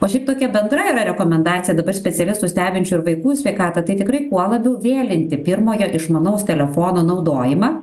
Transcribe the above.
o šiaip tokia bendra yra rekomendacija dabar specialistų stebinčių vaikų sveikatą tai tikrai kuo labiau vėlinti pirmojo išmanaus telefono naudojimą